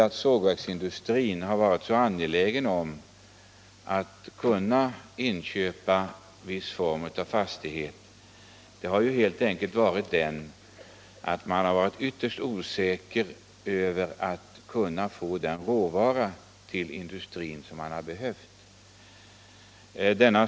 Att sågverksindustrin har varit så angelägen om att köpa skogsmarksfastigheter beror ju på att man har varit ytterst osäker i fråga om möjligheterna att få den råvara som man har behövt.